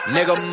Nigga